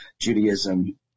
Judaism